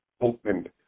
opened